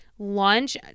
lunch